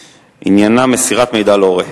עניינה: מסירת מידע להורה.